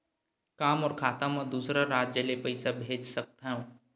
का मोर खाता म दूसरा राज्य ले पईसा भेज सकथव?